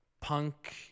punk